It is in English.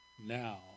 Now